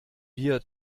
wir